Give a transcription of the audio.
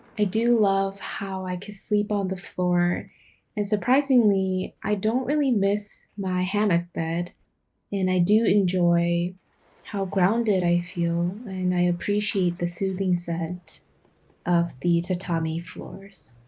i do love how i could sleep on the floor and surprisingly i don't really miss my hammock bed and i do enjoy how grounded i feel. and i appreciate the soothing scent of the tatami floor.